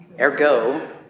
ergo